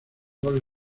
dos